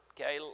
Okay